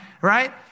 right